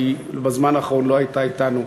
כי היא בזמן האחרון לא הייתה אתנו.